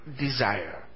desire